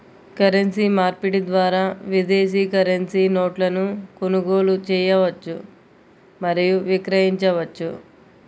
currency మార్పిడి ద్వారా విదేశీ కరెన్సీ నోట్లను కొనుగోలు చేయవచ్చు మరియు విక్రయించవచ్చు